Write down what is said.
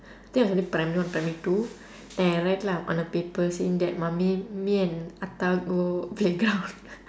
think I was only primary one primary two then I write lah on a paper saying that mummy me and aatha go playground